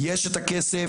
יש את הכסף,